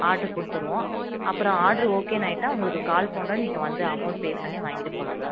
order கொடுத்துடுவோம் அப்புறம் order ஓகேனு ஆகிட்டா உங்களுக்கு கால் பண்ணுறோம் நீங்கள் வந்து அமௌண்ட் பே பண்ணி வாங்கிட்டு போகலாம் மேம்